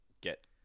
get